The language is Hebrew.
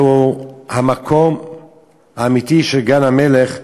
זהו המקום האמיתי של גן-המלך.